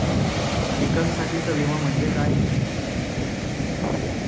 पिकांसाठीचा विमा म्हणजे काय?